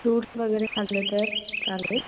fruits वगैरे खाल्ले तर चालेल